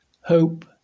Hope